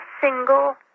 single